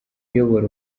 uyobora